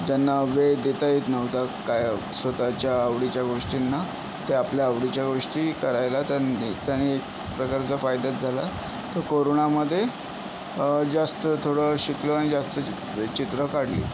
ज्यांना वेळ देता येत नव्हता काय स्वत च्या आवडीच्या गोष्टींना ते आपल्या आवडीच्या गोष्टी करायला त्यानी त्याने एक प्रकारचा फायदाच झाला तर कोरोनामधे जास्त थोडं शिकलो आणि जास्त चित्रं काढली